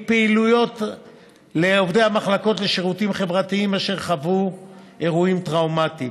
פעילויות לעובדי המחלקות לשירותים חברתיים אשר חוו אירועים טראומטיים.